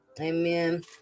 amen